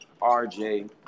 rj